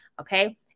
okay